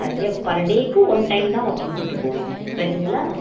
ஆ எ பர் டேக்கு one time தான் வாக்கிங் கூட்டிப் போவீங்க ரைட்டுங்களா